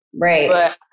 Right